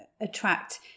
attract